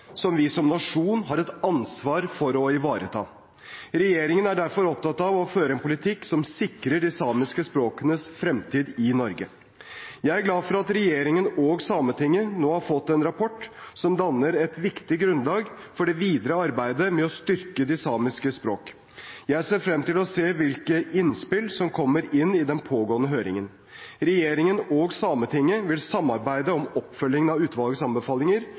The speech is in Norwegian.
som vi som nasjon har et ansvar for å ivareta. Regjeringen er derfor opptatt av å føre en politikk som sikrer de samiske språkenes fremtid i Norge. Jeg er glad for at regjeringen og Sametinget nå har fått en rapport som danner et viktig grunnlag for det videre arbeidet med å styrke de samiske språkene. Jeg ser frem til å se hvilke innspill som kommer inn i den pågående høringen. Regjeringen og Sametinget vil samarbeide om oppfølgingen av utvalgets anbefalinger